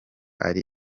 ari